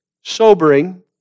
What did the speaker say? Sobering